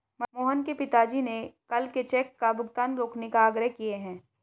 मोहन के पिताजी ने कल के चेक का भुगतान रोकने का आग्रह किए हैं